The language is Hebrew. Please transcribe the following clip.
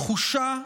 כחושה,